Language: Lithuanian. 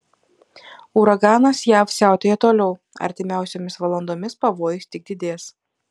uraganas jav siautėja toliau artimiausiomis valandomis pavojus tik didės